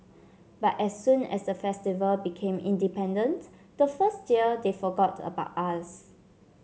but as soon as the Festival became independent the first year they forgot about us